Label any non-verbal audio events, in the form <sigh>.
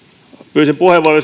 pyysin puheenvuoron <unintelligible>